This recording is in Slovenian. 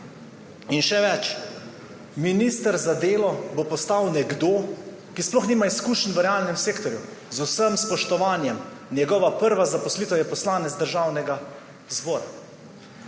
In še več, minister za delo bo postal nekdo, ki sploh nima izkušenj v realnem sektorju. Z vsem spoštovanjem, njegova prva zaposlitev je poslanec Državnega zbora.